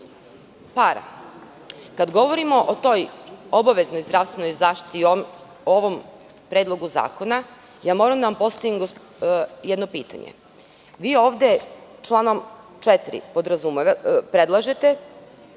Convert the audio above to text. para. Kada govorimo o toj obaveznoj zdravstvenoj zaštiti i o ovom predlogu zakona, moram da postavim jedno pitanje. Vi ovde članom 4. predlažete